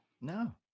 No